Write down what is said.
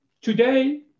Today